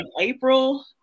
April